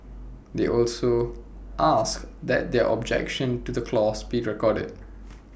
they also asked that their objection to the clause be recorded